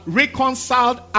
reconciled